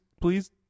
please